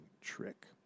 Trick